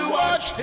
watch